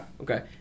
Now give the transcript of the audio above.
Okay